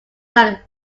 like